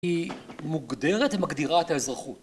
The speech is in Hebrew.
היא מוגדרת ומגדירה את האזרחות